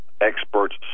experts